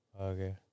Okay